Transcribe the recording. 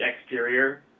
exterior